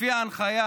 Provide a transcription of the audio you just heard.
לפי ההנחיה